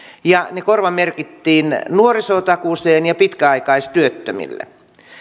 ja ne korvamerkittiin nuorisotakuuseen ja pitkäaikaistyöttömille